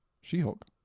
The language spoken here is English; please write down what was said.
She-Hulk